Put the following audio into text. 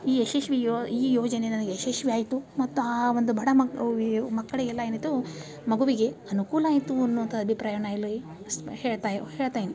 ಈ ಯಶಸ್ವಿ ಯೋ ಈ ಯೋಜನೆ ನನಗೆ ಯಶಸ್ವಿ ಆಯಿತು ಮತ್ತು ಆ ಒಂದು ಬಡ ಮಕ್ ಮಕ್ಕಳಿಗೆಲ್ಲ ಏನಿತ್ತು ಮಗುವಿಗೆ ಅನುಕೂಲ ಆಯಿತು ಅನ್ನುವಂಥ ಅಭಿಪ್ರಾಯವನ್ನು ಇಲ್ಲಿ ಸ್ಪ ಹೇಳ್ತಾ ಹೇಳ್ತಾ ಅಯ್ನಿ